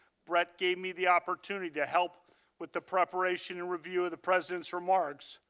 brett gave me the opportunity to help with the preparation and review of the president's remarks.